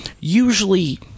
usually